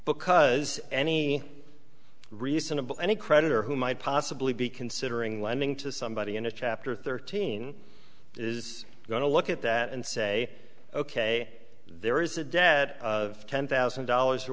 because any reasonable any creditor who might possibly be considering lending to somebody in a chapter thirteen is going to look at that and say ok there is a debt of ten thousand dollars or